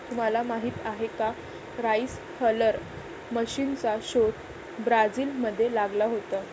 तुम्हाला माहीत आहे का राइस हलर मशीनचा शोध ब्राझील मध्ये लागला होता